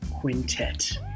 Quintet